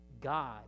god